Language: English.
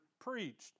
preached